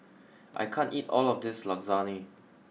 I can't eat all of this Lasagne